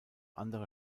andere